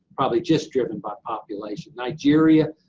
probably just driven by population. nigeria,